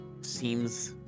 seems